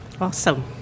Awesome